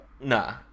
Nah